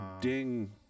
ding